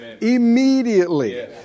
immediately